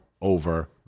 over